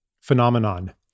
phenomenon